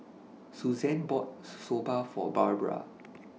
Susanne bought Soba For Barbara